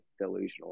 delusional